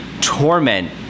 torment